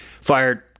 Fired